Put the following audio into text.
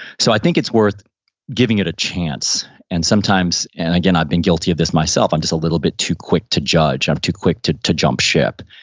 so i think it's worth giving it a chance and sometimes, and again, i've been guilty of this myself, i'm just a little bit too quick to judge, i'm too quick to to jump ship.